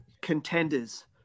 contenders